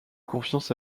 confiance